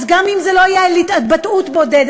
אז גם אם זה לא יהיה על התבטאות בודדת,